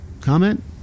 Comment